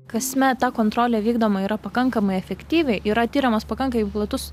kasmet ta kontrolė vykdoma yra pakankamai efektyviai yra tiriamas pakankamai platus